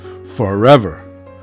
forever